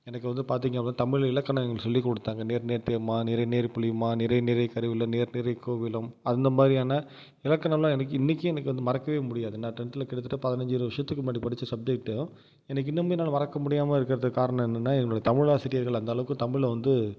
எனக்கு வந்து பார்த்தீங்க அப்படின்னா தமிழ் இலக்கணங்கள் சொல்லி கொடுத்தாங்க நேர் நேர் தேமா நிறை நேர் புளிமா நிறை நிறை கருவிளம் நேர் நிறை கூவிளம் அந்த மாதிரியான இலக்கணம்லாம் எனக்கு இன்னைக்கும் வந்து மறக்க முடியாது நான் டென்த்தில் கிட்டத்தட்ட பதினஞ்சு இருபது வருஷத்துக்கு முன்னாடி படித்த சப்ஜெக்ட்டும் எனக்கு இன்னுமும் என்னால் மறக்க முடியாமல் இருக்கிறதுக்கு காரணம் என்னென்னா என்னோட தமிழ் ஆசிரியர்கள் அந்த அளவுக்கு தமிழை வந்து